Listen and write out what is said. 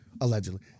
allegedly